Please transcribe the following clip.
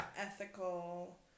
ethical